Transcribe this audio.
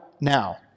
now